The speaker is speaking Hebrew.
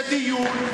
זה דיון.